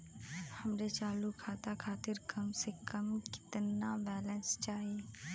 हमरे चालू खाता खातिर कम से कम केतना बैलैंस चाही?